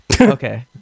okay